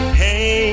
hey